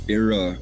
era